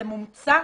זה מומצא?